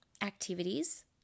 activities